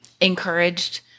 encouraged